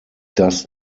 does